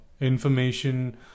information